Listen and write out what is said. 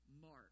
mark